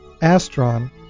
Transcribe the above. astron